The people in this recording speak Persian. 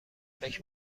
فکر